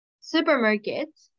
supermarket